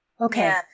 Okay